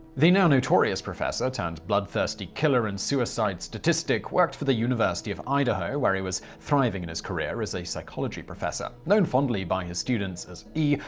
the now notorious professor turned bloodthirsty killer and suicide statistic worked for the university of idaho, where he was thriving in his career as a psychology professor. known fondly by his students as e,